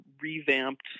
revamped